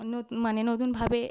নত মানে নতুনভাবে